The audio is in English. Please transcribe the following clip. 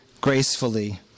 gracefully